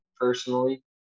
personally